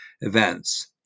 events